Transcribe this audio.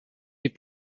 les